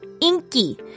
inky